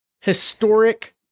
historic